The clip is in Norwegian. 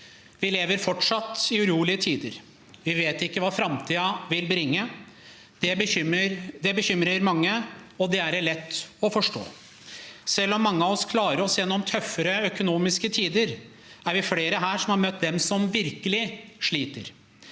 Vi lever fortsatt i urolige tider. Vi vet ikke hva framtiden vil bringe. Det bekymrer mange, og det er det lett å forstå. Selv om mange av oss klarer oss gjennom tøffere økonomiske tider, er vi flere her som har møtt dem som virkelig sliter.